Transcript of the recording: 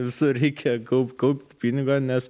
visur reikia kaupt kaupt pinigą nes